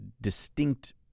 distinct